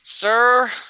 Sir